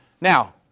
Now